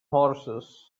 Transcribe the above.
horses